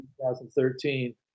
2013